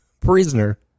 prisoner